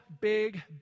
big